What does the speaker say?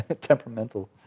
Temperamental